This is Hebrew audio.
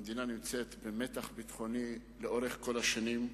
המדינה נמצאת במתח ביטחוני לאורך כל השנים.